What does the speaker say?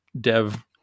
dev